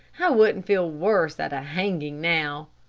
i wouldn't feel worse at a hanging now.